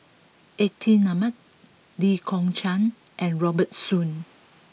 Atin Amat Lee Kong Chian and Robert Soon